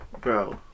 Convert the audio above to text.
Bro